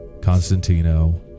Constantino